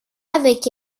avec